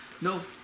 No